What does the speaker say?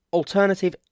alternative